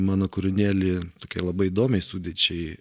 mano kūrinėlį tokiai labai įdomiai sudėčiai